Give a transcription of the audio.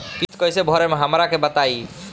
किस्त कइसे भरेम हमरा के बताई?